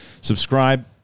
Subscribe